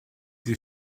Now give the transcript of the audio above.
die